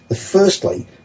Firstly